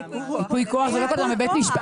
אני עורכת דין,